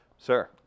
Sir